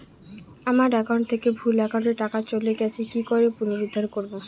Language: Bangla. আমার একাউন্ট থেকে ভুল একাউন্টে টাকা চলে গেছে কি করে পুনরুদ্ধার করবো?